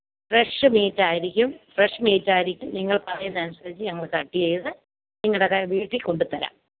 fresh meat ആയിരിക്കും fresh meat ആയിരിക്കും നിങ്ങൾ പറയുന്നതനുസരിച്ച് ഞങ്ങൾ കട്ട് ചെയ്ത് നിങ്ങളുടെ വീട്ടിൽ കൊണ്ടുതരാം